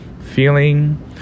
feeling